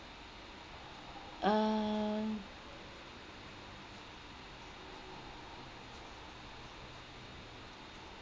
uh